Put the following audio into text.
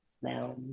smell